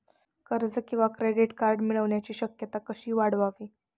कर्ज किंवा credit card मिळण्याची शक्यता कशी वाढवावी?